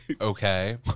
okay